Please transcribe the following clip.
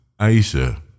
Aisha